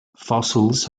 fossils